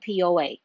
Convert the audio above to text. poa